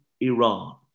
Iran